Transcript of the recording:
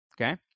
Okay